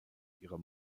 ihrer